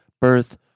Birth